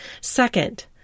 Second